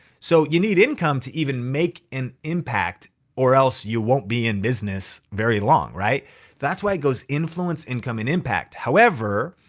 so you need income to even make an impact or else you won't be in business very long. that's why it goes influence, income, and impact. however,